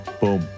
boom